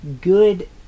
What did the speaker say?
good